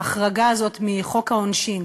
ההחרגה הזאת מחוק העונשין.